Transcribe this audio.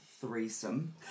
threesome